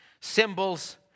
symbols